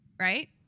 right